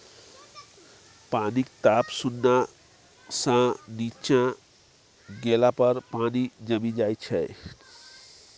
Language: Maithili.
पानिक ताप शुन्ना सँ नीच्चाँ गेला पर पानि जमि जाइ छै